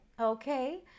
okay